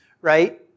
right